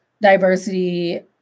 diversity